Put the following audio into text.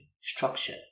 structure